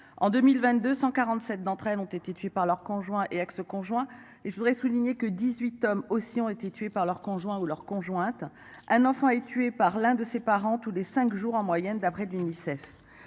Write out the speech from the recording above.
en 2022, 147 d'entre elles ont été tuées par leur conjoint et ex-conjoint et je voudrais souligner que 18 hommes aussi ont été tuées par leur conjoint ou leur conjointe. Un enfant est tué par l'un de ses parents, tous les 5 jours en moyenne, d'après l'UNICEF.